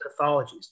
pathologies